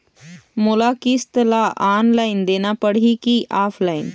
मोला किस्त ला ऑनलाइन देना पड़ही की ऑफलाइन?